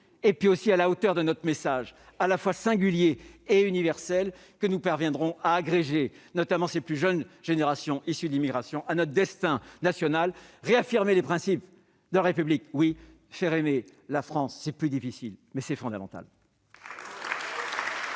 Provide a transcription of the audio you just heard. et à la hauteur de notre message à la fois singulier et universel que nous parviendrons à agréger ces plus jeunes générations issues de l'immigration à notre destin national. Réaffirmer les principes de la République, oui ; faire aimer la France, c'est plus difficile, mais c'est fondamental